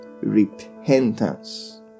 repentance